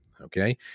okay